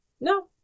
No